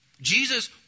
Jesus